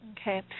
Okay